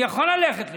אני יכול ללכת לשם.